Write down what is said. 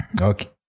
Okay